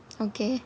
okay